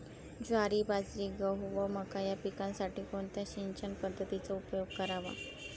ज्वारी, बाजरी, गहू व मका या पिकांसाठी कोणत्या सिंचन पद्धतीचा उपयोग करावा?